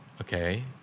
Okay